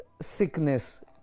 sickness